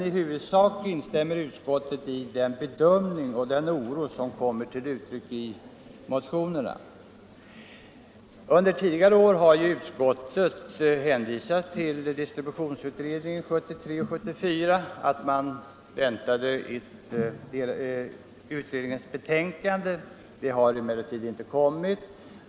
I huvudsak instämmer utskottet dock i den bedömning och den oro som kommer till uttryck i motionerna. Åren 1973 och 1974 har utskottet hänvisat till att man väntade ett betänkande från distributionsutredningen. Något sådant har emellertid inte framlagts.